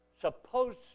Supposed